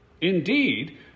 Indeed